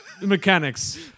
mechanics